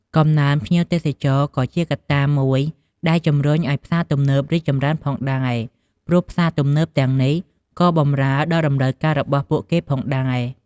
កំណើនភ្ញៀវទេសចរក៏ជាកត្តាមួយដែលជំរុញឲ្យផ្សារទំនើបរីកចម្រើនផងដែរ ព្រោះផ្សារទំនើបទាំងនេះក៏បម្រើដល់តម្រូវការរបស់ពួកគេផងដែរ។